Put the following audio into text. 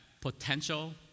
potential